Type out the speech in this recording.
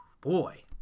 Boy